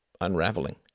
unraveling